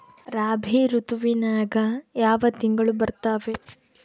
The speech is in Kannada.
ರಾಬಿ ಋತುವಿನ್ಯಾಗ ಯಾವ ತಿಂಗಳು ಬರ್ತಾವೆ?